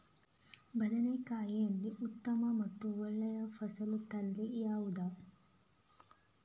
ಬದನೆಕಾಯಿಯಲ್ಲಿ ಉತ್ತಮ ಮತ್ತು ಒಳ್ಳೆಯ ಫಸಲು ತಳಿ ಯಾವ್ದು?